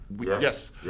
yes